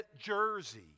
jersey